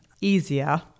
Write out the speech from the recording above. easier